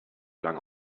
lang